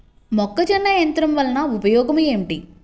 మొక్కజొన్న యంత్రం వలన ఉపయోగము ఏంటి?